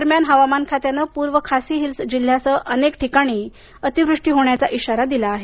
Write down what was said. दरम्यान हवामान खात्यानं पूर्व खासी हिल्स जिल्ह्यासह अनेक ठिकाणी अतिवृष्टी होण्याचा इशारा दिला आहे